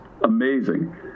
amazing